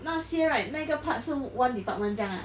那些 right 那个 part 是 one department 将 ah